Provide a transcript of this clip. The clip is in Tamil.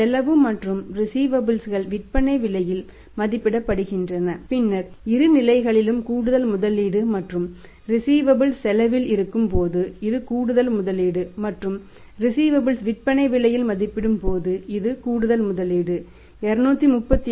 செலவு மற்றும் ரிஸீவபல்ஸ் விற்பனை விலையில் மதிப்பிடப்படும் போது இது கூடுதல் முதலீடு 238